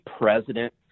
president